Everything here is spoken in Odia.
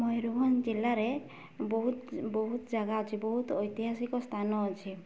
ମୟୂରଭଞ୍ଜ ଜିଲ୍ଲାରେ ବହୁତ ବହୁତ ଜାଗା ଅଛି ବହୁତ ଐତିହାସିକ ସ୍ଥାନ ଅଛି